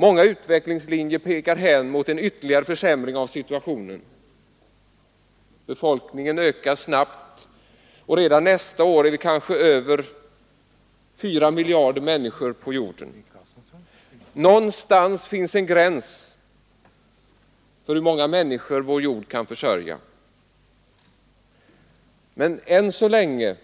Många utvecklingslinjer pekar hän mot en ytterligare försämring av situationen. Befolkningen ökar snabbt, och redan nästa år finns kanske över 4 miljarder människor på jorden. Någonstans finns en gräns för hur många människor vår jord kan försörja. Men än så länge